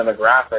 demographic